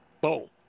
Boom